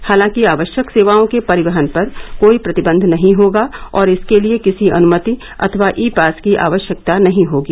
हालांकि आवश्यक सेवाओं के परिवहन पर कोई प्रतिबंध नहीं होगा और इसके लिए किसी अनुमति अथवा ई पास की आवश्यकता नहीं होगी